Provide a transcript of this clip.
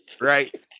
right